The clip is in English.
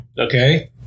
Okay